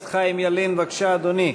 חבר הכנסת חיים ילין, בבקשה, אדוני.